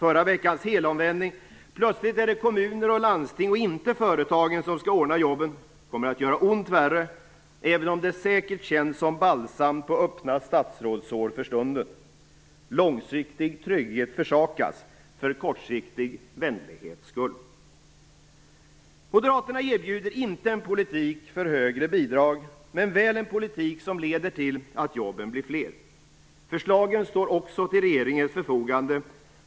Förra veckans helomvändning - plötsligt är det kommuner och landsting, och inte företagen, som skall ordna jobben - kommer att göra ont värre, även om det säkert känns som balsam på öppna statsrådssår för stunden. Långsiktig trygghet försakas för kortsiktig vänlighets skull. Moderaterna erbjuder inte en politik för högre bidrag, men väl en politik som leder till att jobben blir fler. Förslagen står också till regeringens förfogande.